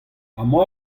amañ